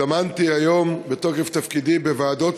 הזדמנתי היום בתוקף תפקידי לישיבות של ועדות